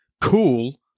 cool